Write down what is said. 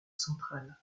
central